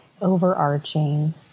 overarching